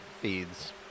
feeds